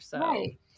Right